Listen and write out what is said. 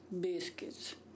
biscuits